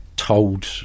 Told